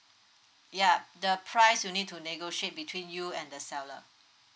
yup the price you need to negotiate between you and the seller